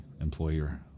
employer